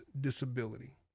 disability